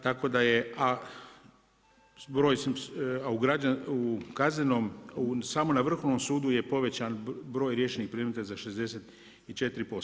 Tako da je, a broj, a u kaznenom, samo na Vrhovnom sudu je povećan broj riješenih predmeta za 64%